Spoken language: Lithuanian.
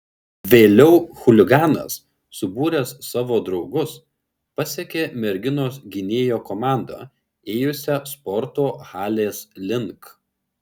vėliau chuliganas subūręs savo draugus pasekė merginos gynėjo komandą ėjusią sporto halės link